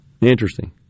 Interesting